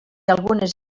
algunes